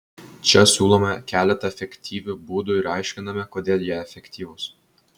čia siūlome keletą efektyvių būdų ir aiškiname kodėl jie efektyvūs